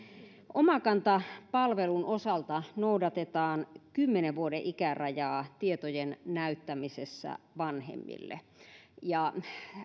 omakanta palvelun osalta noudatetaan kymmenen vuoden ikärajaa tietojen näyttämisessä vanhemmille